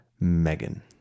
Megan